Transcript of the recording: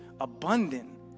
abundant